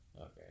Okay